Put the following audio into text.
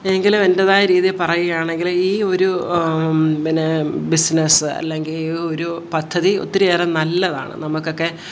എങ്കിലും എൻ്റെതായ രീതിയിൽ പറയുകയാണെങ്കിൽ ഈ ഒരു പിന്നെ ബിസിനസ്സ് അല്ലെങ്കിൽ ഈ ഒരു പദ്ധതി ഒത്തിരിയേറെ നല്ലതാണ് നമുക്കൊക്കെ